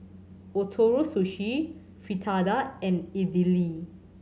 Ootoro Sushi Fritada and Idili